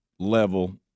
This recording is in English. level